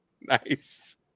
Nice